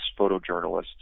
photojournalists